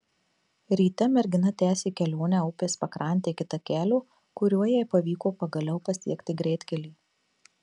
ryte mergina tęsė kelionę upės pakrante iki takelio kuriuo jai pavyko pagaliau pasiekti greitkelį